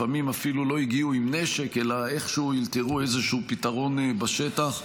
לפעמים אפילו לא הגיעו עם נשק אלא איכשהו אלתרו איזה פתרון בשטח,